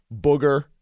Booger